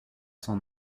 cent